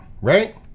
right